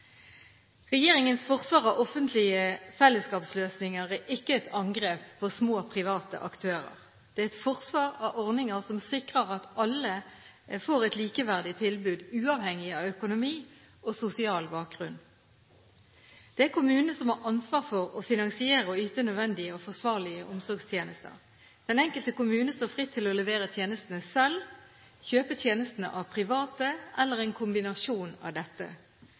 Regjeringens forsvar av offentlige fellesskapsløsninger er ikke et angrep på små private aktører. Det er et forsvar av ordninger som sikrer at alle får et likeverdig tilbud, uavhengig av økonomi og sosial bakgrunn. Det er kommunene som har ansvar for å finansiere og yte nødvendige og forsvarlige omsorgstjenester. Den enkelte kommune står fritt til å levere tjenestene selv, kjøpe tjenestene av private eller en kombinasjon av dette.